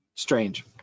Strange